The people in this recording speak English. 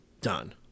Done